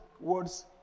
words